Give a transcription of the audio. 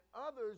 others